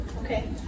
Okay